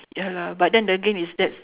ya lah but then again is that's